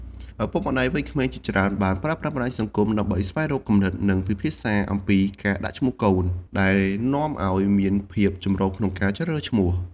ឪពុកម្តាយវ័យក្មេងជាច្រើនបានប្រើប្រាស់បណ្តាញសង្គមដើម្បីស្វែងរកគំនិត និងពិភាក្សាអំពីការដាក់ឈ្មោះកូន ដែលនាំឱ្យមានភាពចម្រុះក្នុងការជ្រើសរើសឈ្មោះ។